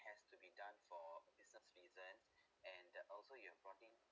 has to be done for business reason and that also you have brought in